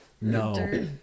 No